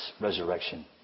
Resurrection